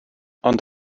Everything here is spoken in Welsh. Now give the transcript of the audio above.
ond